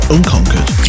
Unconquered